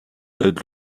aident